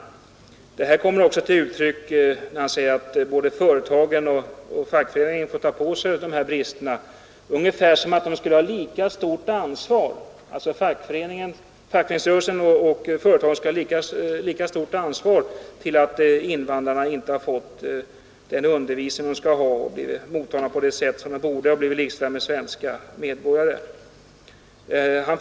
Herr Möllers inställning kommer också till uttryck när han säger att både företagen och fackföreningarna får ta på sig ansvaret för bristerna. Fackföreningsrörelsen och företagen skulle alltså ha lika stort ansvar för att invandrarna inte fått den undervisning de skall ha och inte blivit mottagna på det sätt som de borde ha blivit mottagna på, dvs. att de borde ha likställts med svenska medborgare.